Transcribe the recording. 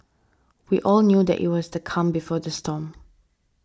we all knew that it was the calm before the storm